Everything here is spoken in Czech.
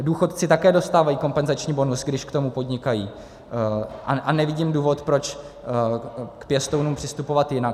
Důchodci také dostávají kompenzační bonus, když k tomu podnikají, a nevidím důvod, proč k pěstounům přistupovat jinak.